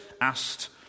asked